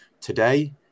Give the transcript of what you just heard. today